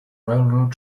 railroad